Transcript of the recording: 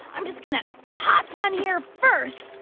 i'm just going to hop on here first.